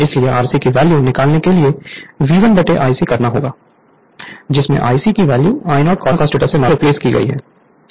इसलिए Rc की value निकालने के लिए V1 Ic करना होगा जिसमें Ic की वैल्यू I0 cos ∅0 से रिप्लेस की जाएगी